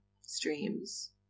streams